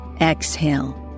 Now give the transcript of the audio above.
Exhale